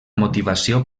motivació